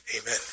Amen